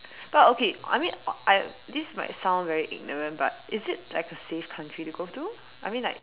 but okay I mean I this might sound very ignorant but is it like a safe country to go to I mean like